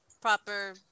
proper